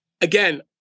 Again